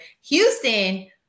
Houston